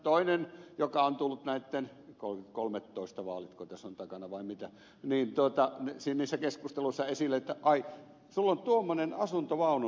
toinen asia joka on tullut kolmettoistako vaalit tässä on takana vai mitä niissä keskusteluissa esille on että ai sinulla on tuommoinen asuntovaunu nykyisin